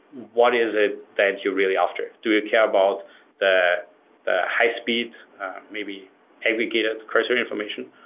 what is it that you're really after? do you care about the the high-speed, maybe aggregated crosshair information,